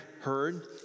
heard